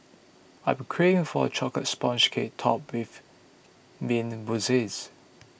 I am craving for a Chocolate Sponge Cake Topped with Mint Mousses